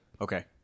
Okay